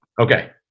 Okay